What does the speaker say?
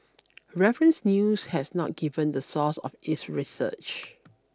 reference News has not given the source of its research